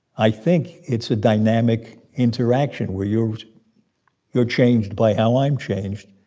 i think it's a dynamic interaction where you're you're changed by how i'm changed.